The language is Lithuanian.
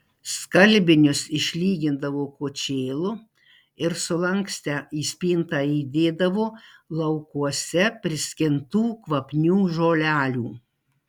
skalbinius išlygindavo kočėlu ir sulankstę į spintą įdėdavo laukuose priskintų kvapnių žolelių